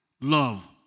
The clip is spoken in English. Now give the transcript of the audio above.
love